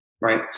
right